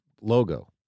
logo